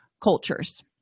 cultures